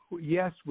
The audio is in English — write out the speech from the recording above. yes